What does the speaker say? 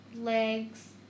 legs